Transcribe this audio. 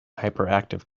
hyperactive